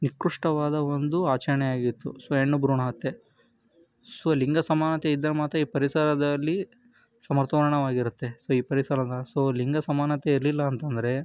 ನಿಕೃಷ್ಟವಾದ ಒಂದು ಆಚರಣೆಯಾಗಿತ್ತು ಸೊ ಹೆಣ್ಣು ಭ್ರೂಣ ಹತ್ಯೆ ಸೊ ಲಿಂಗ ಸಮಾನತೆ ಇದ್ದರೆ ಮಾತ್ರ ಈ ಪರಿಸರದಲ್ಲಿ ಸಮತೋಲನವಾಗಿರುತ್ತೆ ಸೊ ಈ ಪರಿಸರವನ್ನು ಸೊ ಲಿಂಗ ಸಮಾನತೆ ಇರಲಿಲ್ಲ ಅಂತ ಅಂದ್ರೆ